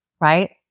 right